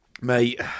Mate